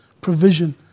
provision